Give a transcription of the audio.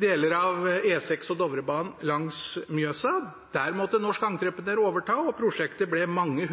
deler av E6 og Dovrebanen langs Mjøsa. Der måtte norske entreprenører overta, og prosjektet ble mange